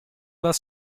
was